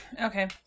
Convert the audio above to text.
Okay